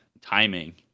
timing